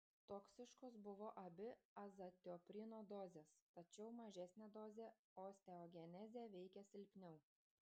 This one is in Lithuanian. toksiškos buvo abi azatioprino dozės tačiau mažesnė dozė osteogenezę veikė silpniau